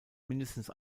mindestens